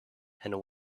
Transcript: and